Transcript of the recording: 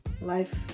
life